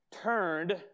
turned